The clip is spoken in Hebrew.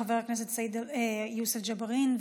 חבר הכנסת יוסף ג'בארין,